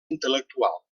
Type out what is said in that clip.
intel·lectual